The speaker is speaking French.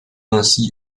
ainsi